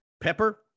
Pepper